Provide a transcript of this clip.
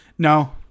No